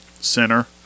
center